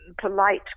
polite